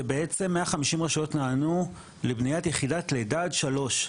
שבעצם 150 רשויות נענו לבניית יחידת לידה עד שלוש,